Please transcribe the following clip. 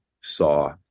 saw